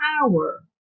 power